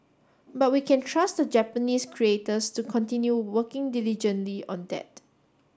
but we can trust the Japanese creators to continue working diligently on that